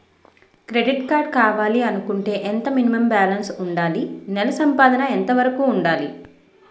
Credit card కావాలి అనుకుంటే ఎంత మినిమం బాలన్స్ వుందాలి? నెల సంపాదన ఎంతవరకు వుండాలి?